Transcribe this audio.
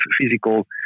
physical